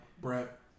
Brett